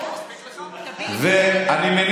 אנחנו 33,